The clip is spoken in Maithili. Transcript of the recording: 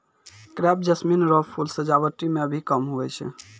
क्रेप जैस्मीन रो फूल सजावटी मे भी काम हुवै छै